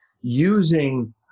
using